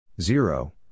Zero